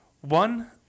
One